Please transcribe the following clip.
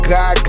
God